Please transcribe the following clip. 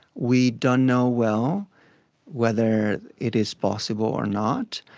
we don't know well whether it is possible or not.